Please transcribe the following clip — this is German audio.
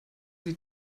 sie